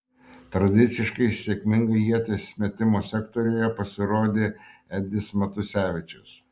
tradiciškai sėkmingai ieties metimo sektoriuje pasirodė edis matusevičius